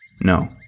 No